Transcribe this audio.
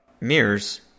mirrors